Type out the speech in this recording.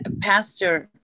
pastor